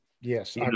yes